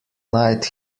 night